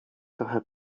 trochę